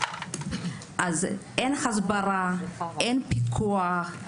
אין הסברה ואין פיקוח.